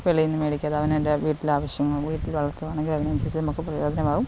വെളിയിൽ നിന്ന് മേടിക്കാതെ അവനവൻ്റെ വീട്ടിലെ ആവശ്യങ്ങൾ വീട്ടിൽ വളർത്തുവാണെങ്കിൽ അതിനനുസരിച്ച് നമുക്ക് പ്രയോജനം ആവും